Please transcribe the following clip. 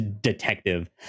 Detective